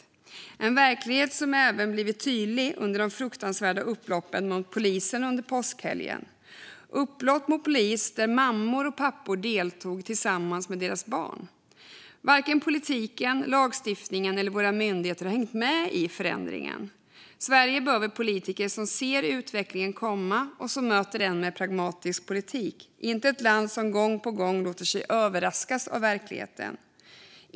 Denna verklighet blev även tydlig under de fruktansvärda upploppen mot polisen under påskhelgen - upplopp där mammor och pappor deltog tillsammans med sina barn. Varken politiken, lagstiftningen eller våra myndigheter har hängt med i denna förändring. Sverige behöver politiker som ser utvecklingen komma och som möter den med pragmatisk politik, inte politiker som gång på gång låter sig överraskas av verkligheten.